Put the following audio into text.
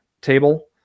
table